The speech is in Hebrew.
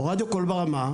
או רדיו קול ברמה,